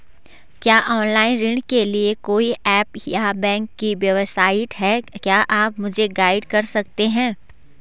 क्या ऑनलाइन ऋण के लिए कोई ऐप या बैंक की वेबसाइट है क्या आप मुझे गाइड कर सकते हैं?